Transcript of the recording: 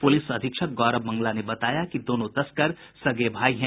police अधीक्षक गौरव मंगला ने बताया कि दोनों तस्कर सगे भाई हैं